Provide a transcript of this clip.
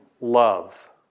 love